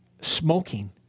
smoking